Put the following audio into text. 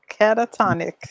catatonic